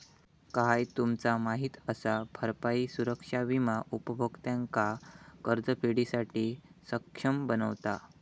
काय तुमचा माहित असा? भरपाई सुरक्षा विमा उपभोक्त्यांका कर्जफेडीसाठी सक्षम बनवता